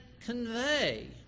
convey